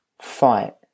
fight